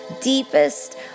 deepest